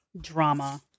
Drama